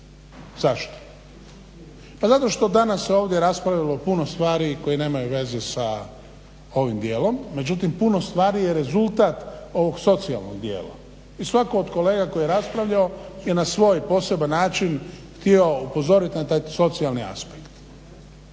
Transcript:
Zašto? Pa zato što danas ovdje raspravilo puno stvari koje nemaju veze s ovim djelom. Međutim puno stvari je rezultat ovog socijalnog djela i svatko od kolega tko je raspravljao je na svoj poseban način htio upozoriti na taj socijalni aspekt.